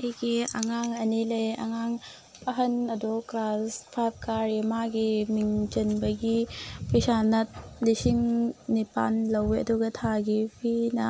ꯑꯩꯒꯤ ꯑꯉꯥꯡ ꯑꯅꯤ ꯂꯩ ꯑꯉꯥꯡ ꯑꯍꯟ ꯑꯗꯣ ꯀ꯭ꯂꯥꯁ ꯐꯥꯏꯚ ꯀꯥꯔꯤ ꯃꯥꯒꯤ ꯃꯤꯡ ꯆꯟꯕꯒꯤ ꯄꯩꯁꯥꯅ ꯂꯤꯡꯁꯤꯡ ꯅꯤꯄꯥꯜ ꯂꯧꯑꯦ ꯑꯗꯨꯒ ꯊꯥꯒꯤ ꯐꯤꯅ